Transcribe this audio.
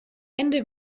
ende